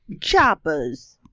Choppers